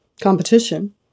competition